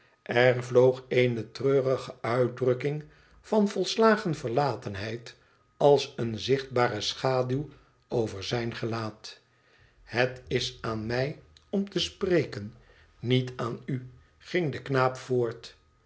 vloog eene treurige uitdrukking van volslagen verlatenheid als een zichtbare schaduw over zijn gelaat ihet is aan mij om te spreken niet aan u ging de knaap voort